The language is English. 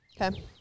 Okay